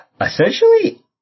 essentially